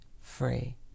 free